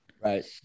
Right